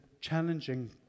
challenging